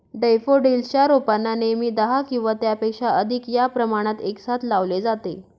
daffodils च्या रोपांना नेहमी दहा किंवा त्यापेक्षा अधिक या प्रमाणात एकसाथ लावले जाते